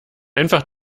einfach